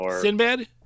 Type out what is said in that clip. Sinbad